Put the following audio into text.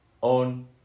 on